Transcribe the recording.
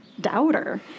doubter